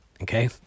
okay